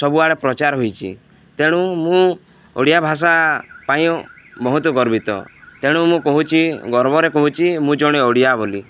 ସବୁଆଡ଼େ ପ୍ରଚାର ହୋଇଛି ତେଣୁ ମୁଁ ଓଡ଼ିଆ ଭାଷା ପାଇଁ ବହୁତ ଗର୍ବିତ ତେଣୁ ମୁଁ କହୁଛି ଗର୍ବରେ କହୁଛି ମୁଁ ଜଣେ ଓଡ଼ିଆ ବୋଲି